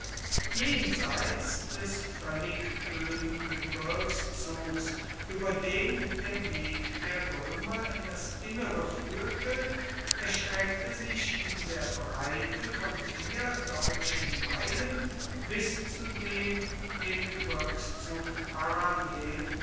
jenseits des völlig öden gebirgszugs über den der weg der römer in das innere führte erstreckte sich in der breite von vier deutschen meilen bis zu dem dem gebirgszug parallel